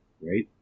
Right